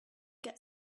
get